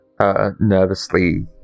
nervously